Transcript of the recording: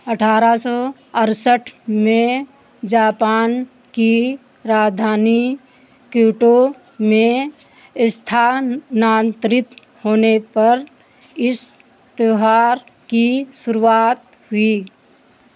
अट्ठारह सौ अढ़सठ में जापान की राजधानी क्योटो में स्थानान्तरित होने पर इस त्योहार की शुरुआत हुई